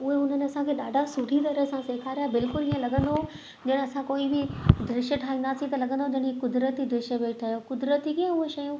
उहे हुननि असांखे ॾाढा सुठी तरह सां सेखारिया बिल्कुलु ईअं लॻंदो ॼाण असां कोई बि दृश्य ठाहींदासीं त लॻंदो जॾहिं कुदिरत दृश्य भई ठहियो कुदरत ई उहे शयूं